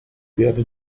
werde